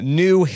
new